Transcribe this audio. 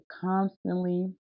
constantly